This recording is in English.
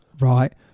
right